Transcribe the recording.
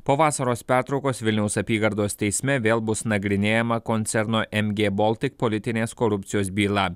po vasaros pertraukos vilniaus apygardos teisme vėl bus nagrinėjama koncerno mg baltic politinės korupcijos byla